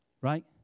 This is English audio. Right